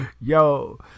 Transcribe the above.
Yo